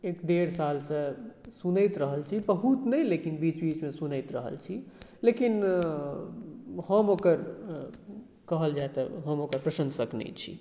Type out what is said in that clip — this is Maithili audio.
एक डेढ़ साल से सुनैत रहल छी बहूत नहि लेकिन बीच बीचमे सुनैत रहल छी लेकिन हम ओकर कहल जाइ तऽ हम ओकर प्रशन्सक नै छी